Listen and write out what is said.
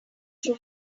threw